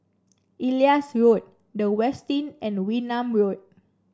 Elias Road The Westin and Wee Nam Road